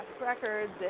Records